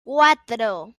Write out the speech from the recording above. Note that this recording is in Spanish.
cuatro